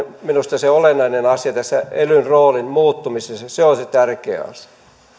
minusta se olennainen asia tässä elyn roolin muuttumisessa se on se tärkeä asia